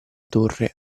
torre